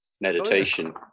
meditation